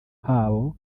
habo